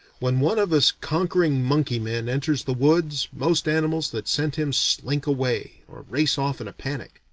when one of us conquering monkey-men enters the woods, most animals that scent him slink away, or race off in a panic.